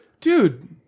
dude